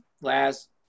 last